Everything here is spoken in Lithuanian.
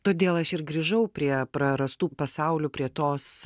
todėl aš ir grįžau prie prarastų pasaulių prie tos